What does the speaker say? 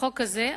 החוק הזה,